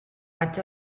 vaig